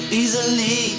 easily